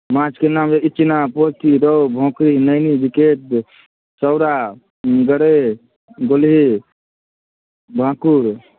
माँछ के नाम भेल इचना पोठी रहु भाकुर नैनी ब्रिकेट सौरा गड़ैय गोलही भाँकुर